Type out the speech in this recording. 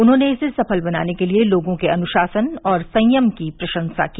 उन्होंने इसे सफल बनाने के लिए लोगों के अनुशासन और संयम की प्रशंसा की